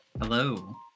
Hello